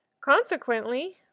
Consequently